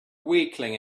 weakling